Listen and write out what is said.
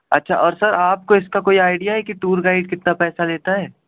اچھا اور سر آپ کو اس کا کوئی آئیڈیا ہے کہ ٹور گائیڈ کتنا پیسہ لیتا ہے